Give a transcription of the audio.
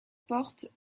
porte